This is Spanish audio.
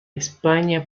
españa